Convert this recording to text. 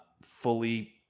fully